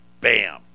bam